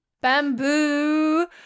Bamboo